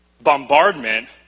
bombardment